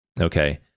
okay